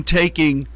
taking